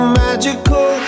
magical